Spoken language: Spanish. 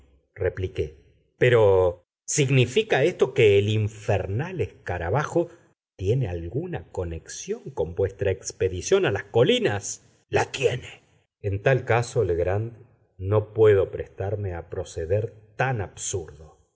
repliqué pero significa esto que el infernal escarabajo tiene alguna conexión con vuestra expedición a las colinas la tiene en tal caso legrand no puedo prestarme a proceder tan absurdo